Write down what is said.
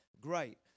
great